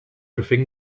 verving